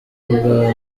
bwa